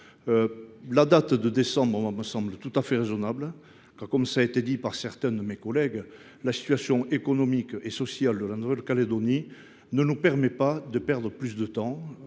La date de décembre me semble tout à fait raisonnable. Comme cela a été dit par certains de mes collègues, la situation économique et sociale de la Nouvelle Calédonie ne nous permet pas de perdre plus de temps